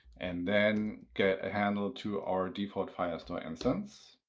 and then get a handle to our default firestore instance.